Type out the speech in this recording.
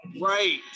Right